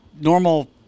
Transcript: normal